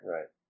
Right